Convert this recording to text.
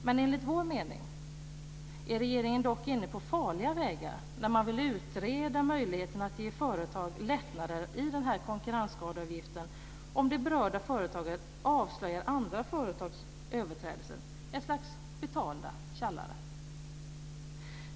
Men enligt vår mening är regeringen dock inne på farliga vägar när man vill utreda möjligheten att ge företag lättnader i den här konkurrensskadeavgiften om det berörda företaget avslöjar andra företags överträdelser. Vi skulle få ett slags betalda tjallare.